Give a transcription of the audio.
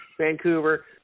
Vancouver